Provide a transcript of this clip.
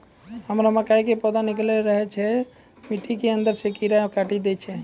हमरा मकई के पौधा निकैल रहल छै मिट्टी के अंदरे से कीड़ा काटी दै छै?